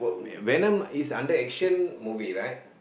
venom is under action movie right